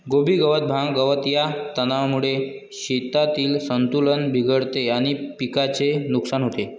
कोबी गवत, भांग, गवत या तणांमुळे शेतातील संतुलन बिघडते आणि पिकाचे नुकसान होते